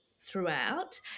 throughout